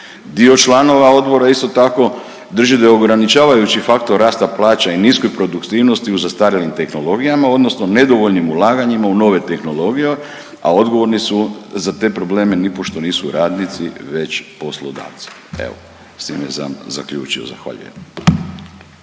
Dio članova odbora isto tako drži da je ograničavajući faktor rasta plaća i niskoj produktivnosti u zastarjelim tehnologijama odnosno nedovoljnim ulaganjima u nove tehnologije, a odgovorni su za te probleme nipošto nisu radnici već poslodavci. Evo ga, s time sam zaključio, zahvaljujem.